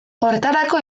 horretarako